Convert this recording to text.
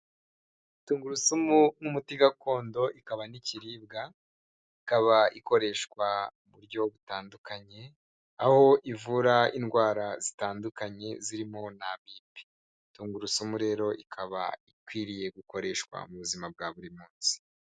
Tungurusumu nk'umuti gakondo ikaba n'ikiribwa, ikaba ikoreshwa mu buryo butandukanye, aho ivura indwara zitandukanye zirimo n'amibe. Tungurusumu rero ikaba ikwiriye gukoreshwa mu buzima bwa buri munsi.